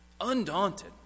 Undaunted